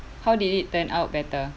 how did it turn out better